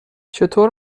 چطور